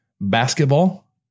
basketball